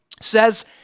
says